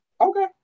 Okay